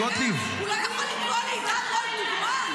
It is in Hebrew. הוא לא יכול לקרוא לעידן רול דוגמן,